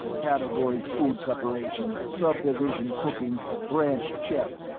category food preparation, sub-division cooking, branch chef.